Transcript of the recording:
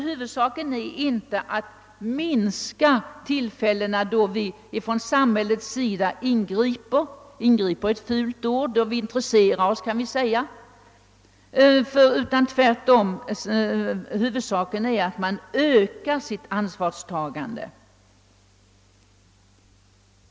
Huvudsaken är inte att minska de tillfällen då vi från samhällets sida ingriper — eller, vackrare uttryckt, intresserar oss — utan huvudsaken är tvärtom att öka samhällets ansvarstagande.